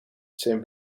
zijn